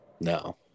No